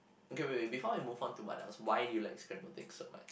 okay wait wait before we move on to what else why do you like scrambled eggs so much